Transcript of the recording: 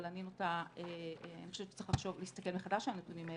אבל אני חושבת שצריך להסתכל מחדש על הנתונים האלה,